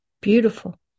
beautiful